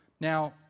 Now